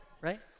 right